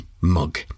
mug